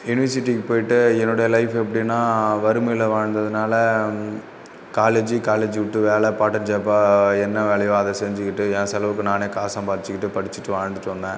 யுனிவர்சிட்டிக்கு போயிட்டு என்னோடய லைஃப் எப்படினா வறுமையில் வாழ்ந்ததுனால் காலேஜ் காலேஜ்விட்டு வேலை பார்டைம் ஜாபாக என்ன வேலையோ அதை செஞ்சுக்கிட்டு என் செலவுக்கு நானே காசு சம்பாரித்திக்கிட்டு படித்திட்டு வாழ்ந்துட்டு வந்தேன்